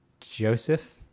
Joseph